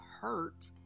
hurt